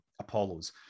Apollos